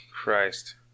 Christ